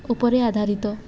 ଉପରେ ଆଧାରିତ